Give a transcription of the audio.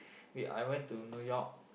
wait I went to New-York